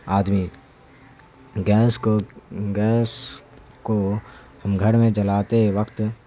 آدمی گیس کو گیس کو ہم گھر میں جلاتے وقت